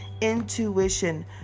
intuition